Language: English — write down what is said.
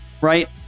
Right